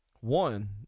one